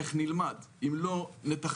איך נלמד אם לא נתחקר,